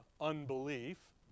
unbelief